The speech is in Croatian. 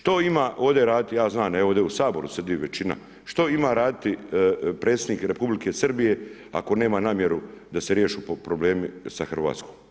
Što ima ovdje raditi, ja znam, evo ovde u Saboru sjedi većina, što ima raditi predsjednik Republike Srbije, ako nema namjeru da se riješu problemi sa Hrvatskom?